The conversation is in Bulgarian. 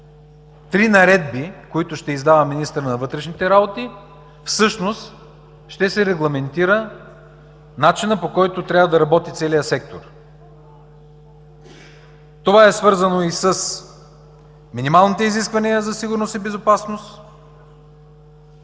три наредби, които ще издава министърът на вътрешните работи, всъщност ще се регламентира начинът, по който трябва да работи целият сектор. Това е свързано и с минималните изисквания за сигурност и безопасност,